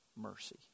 mercy